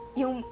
yung